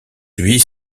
huit